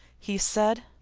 he said.